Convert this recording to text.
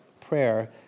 prayer